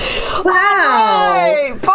wow